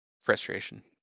frustration